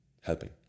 helping